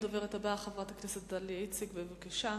הדוברת הבאה, חברת הכנסת דליה איציק, בבקשה.